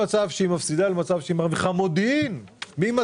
כשמדברים על עוד יחידות דיור צריך לזכור שב-21'